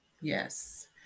Yes